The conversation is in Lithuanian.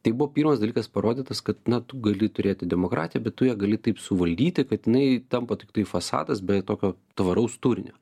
tai buvo pirmas dalykas parodytas kad na tu gali turėti demokratiją bet tu ją gali taip suvaldyti kad jinai tampa tiktai fasadas be tokio tvaraus turinio